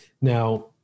Now